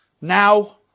now